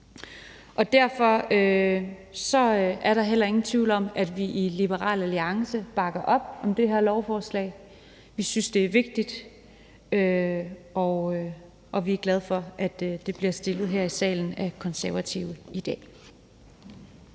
Derfor er der heller ingen tvivl om, at vi i Liberal Alliance bakker op om det her lovforslag. Vi synes, det er vigtigt, og vi er glade for, at det bliver fremsat her i salen af Det Konservative